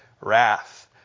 wrath